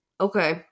okay